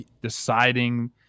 Deciding